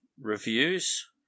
reviews